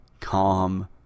calm